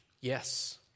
Yes